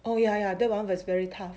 oh ya ya that one was very tough